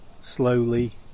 slowly